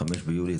05 ביולי,